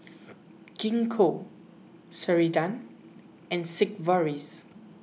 Gingko Ceradan and Sigvaris